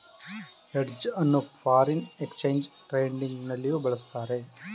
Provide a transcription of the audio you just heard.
hedge ಅನ್ನು foreign exchange trading ನಲ್ಲಿಯೂ ಬಳಸುತ್ತಾರೆ